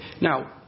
Now